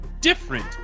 different